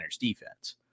defense